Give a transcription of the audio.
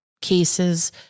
cases